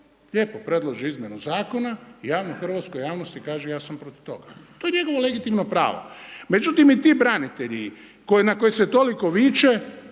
lijepo predloži izmjenu Zakona, javno hrvatskoj javnosti kaže ja sam protiv toga. To je njegovo legitimno pravo. Međutim i ti branitelji, koji, na koje se toliko viče